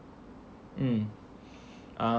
uh